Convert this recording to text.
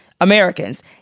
Americans